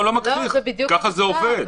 אני לא מגחיך, ככה זה עובד.